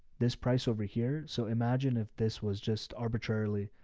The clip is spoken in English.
this price over here. so imagine if this was just arbitrarily,